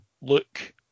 look